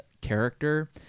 character